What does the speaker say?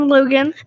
Logan